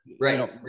right